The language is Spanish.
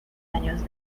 años